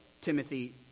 Timothy